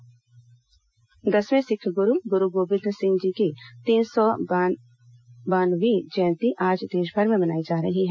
गुरू गोबिंद सिंह जयंती दसवें सिख गुरु गुरू गोबिंद सिंह जी की तीन सौ बावनवीं जयंती आज देशभर में मनाई जा रही हैं